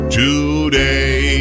today